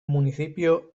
municipio